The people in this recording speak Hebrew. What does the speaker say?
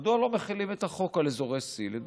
מדוע לא מחילים את החוק על אזורי C, לדוגמה,